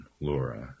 Laura